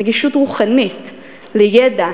נגישות רוחנית לידע,